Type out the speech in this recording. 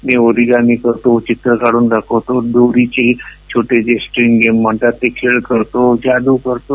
मी origami करतो चित्र काढून दाखवितो दोरीचे छोटे जे स्ट्रिंग गेम म्हणतात ते खेळ करतो जादू करतो